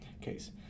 case